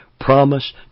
promise